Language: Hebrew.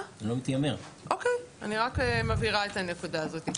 אני רק מבהירה את הנקודה הזאת.